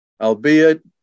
albeit